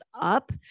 up